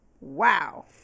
Wow